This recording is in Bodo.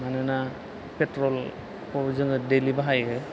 मानोना पेट्रलखौ जोङो दैलि बाहायो